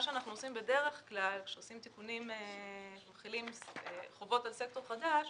מה שאנחנו עושים בדרך כלל כשמחילים חובות על סקטור חדש,